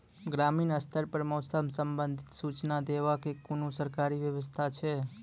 ग्रामीण स्तर पर मौसम संबंधित सूचना देवाक कुनू सरकारी व्यवस्था ऐछि?